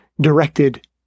directed